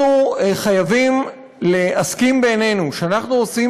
אנחנו חייבים להסכים בינינו שאנחנו עושים